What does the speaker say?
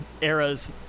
eras